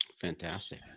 fantastic